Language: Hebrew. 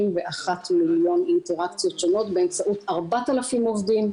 מ-31 מיליון אינטראקציות שונות באמצעות 4,000 עובדים,